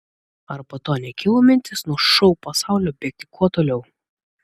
ar po to nekilo mintis nuo šou pasaulio bėgti kuo toliau